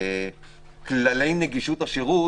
ושכללי נגישות השירות,